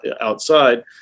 outside